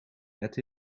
het